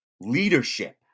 leadership